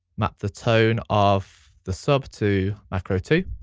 map the tone of the sub to macro two.